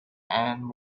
and